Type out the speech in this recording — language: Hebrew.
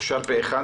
אושר פה-אחד.